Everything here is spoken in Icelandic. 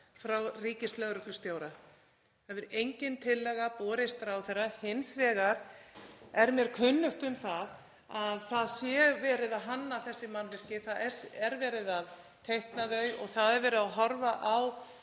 frá ríkislögreglustjóra. Það hefur engin tillaga borist ráðherra. Hins vegar er mér kunnugt um að verið er að hanna þessi mannvirki. Það er verið að teikna þau og það er verið að horfa á